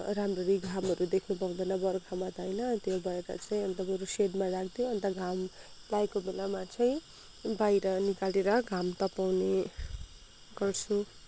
राम्ररी घामहरू देख्नु पाउँदैन बर्खामा त होइन त्यो भएर चाहिँ अन्त बरु सेडमा राखिदियो अन्त घाम लागेको बेलामा चाहिँ बाहिर निकालेर घाम तपाउने गर्छु